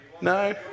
No